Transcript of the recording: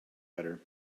better